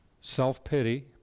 self-pity